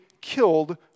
killed